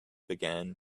began